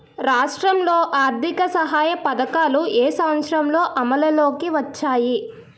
రాష్ట్రంలో ఆర్థిక సహాయ పథకాలు ఏ సంవత్సరంలో అమల్లోకి వచ్చాయి?